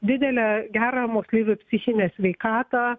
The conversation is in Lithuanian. didelę gerą moksleivių psichinę sveikatą